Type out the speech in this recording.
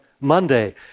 Monday